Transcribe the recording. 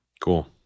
Cool